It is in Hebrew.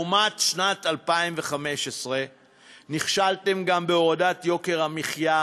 לעומת שנת 2015. נכשלתם גם בהורדת יוקר המחיה.